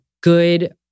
good